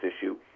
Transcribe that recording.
issue